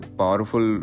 powerful